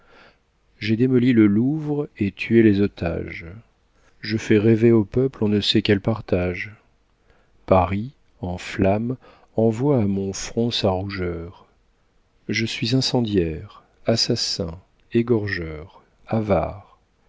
j'ai démoli le louvre et tué les otages je fais rêver au peuple on ne sait quels partages paris en flamme envoie à mon front sa rougeur je suis incendiaire assassin égorgeur avare